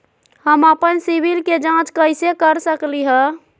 हम अपन सिबिल के जाँच कइसे कर सकली ह?